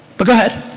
but go ahead.